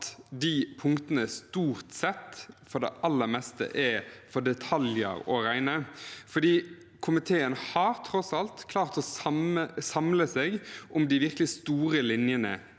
at de punktene stort sett og for det aller meste er for detaljer å regne. Komiteen har tross alt klart å samle seg om de virkelig store linjene